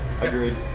Agreed